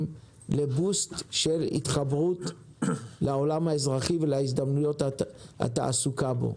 לבוסט של התחברות לעולם האזרחי ולהזדמנויות התעסוקה בו,